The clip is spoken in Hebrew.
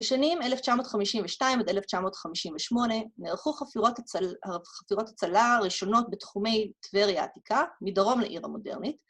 בשנים 1952 עד 1958 נערכו חפירות הצלה הראשונות בתחומי טבריה העתיקה, מדרום לעיר המודרנית.